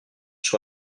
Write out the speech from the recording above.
sur